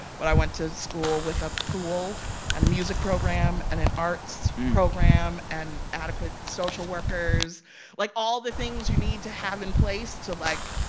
but i went to school with a pool and a music program and an arts program and adequate social workers like, all the things you need to have in place to, like,